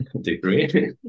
degree